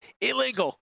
Illegal